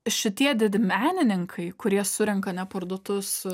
šitie didmenininkai kurie surenka neparduotus